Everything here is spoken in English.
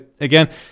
again